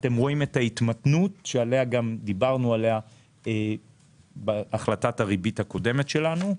אתם רואים את ההתמתנות שדיברנו עליה בהחלטת הריבית הקודמת שלנו.